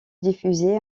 diffusée